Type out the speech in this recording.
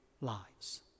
lives